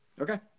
Okay